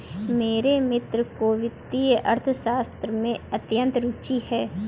मेरे मित्र को वित्तीय अर्थशास्त्र में अत्यंत रूचि है